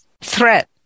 threat